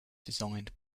designed